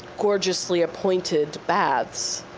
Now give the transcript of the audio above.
gorgeously appointed baths.